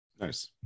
Nice